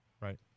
right